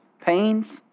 pains